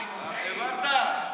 הבנת?